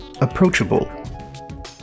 approachable